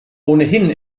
ohnehin